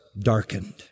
darkened